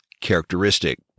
characteristic